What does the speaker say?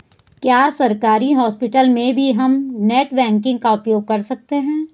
क्या सरकारी हॉस्पिटल में भी हम नेट बैंकिंग का प्रयोग कर सकते हैं?